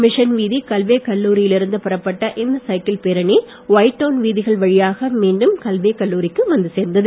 mission வீதியில் Galway கல்லூரியில் இருந்து புறப்பட்ட இந்த சைக்கிள் பேரணி ஒயிட் டவுன் வீதிகள் வழியாக மீண்டும் கல்வே கல்லூரிக்கு வந்து சேர்ந்தது